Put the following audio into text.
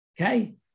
Okay